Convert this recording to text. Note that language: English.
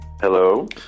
Hello